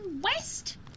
west